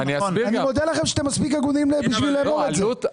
אני מודה לכם על כך שאתם מספיק הגונים כדי לומר את זה.